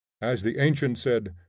as the ancient said,